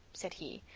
said he,